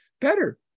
Better